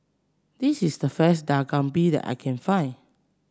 this is the first Dak Galbi that I can find